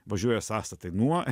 važiuoja sąstatai nuo